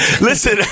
Listen